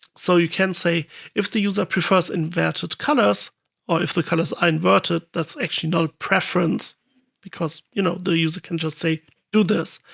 so you can say if the user prefers inverted colors or if the colors are inverted, that's actually not a preference because you know the user can just say do this.